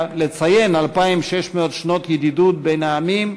לציין 2,600 שנות ידידות בין שני העמים,